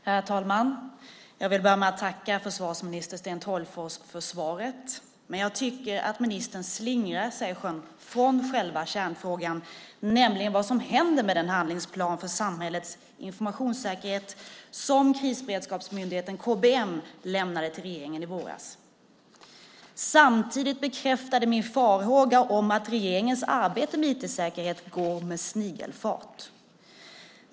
Herr talman! Jag vill börja med att tacka försvarsminister Sten Tolgfors, men jag tycker att ministern slingrar sig från själva kärnfrågan, nämligen vad som händer med den handlingsplan för samhällets informationssäkerhet som Krisberedskapsmyndigheten, KBM, lämnade till regeringen i våras. Samtidigt bekräftar det min farhåga att regeringens arbete med IT-säkerhet går med snigelfart.